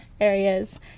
areas